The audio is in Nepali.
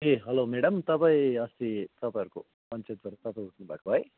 ए हेलो म्याडम तपाईँ अस्ति तपाईँहरूको पञ्चायतबाट तपाईँ उठ्नुभएको है